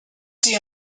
see